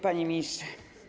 Panie Ministrze!